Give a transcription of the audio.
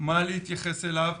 מה להתייחס אליו,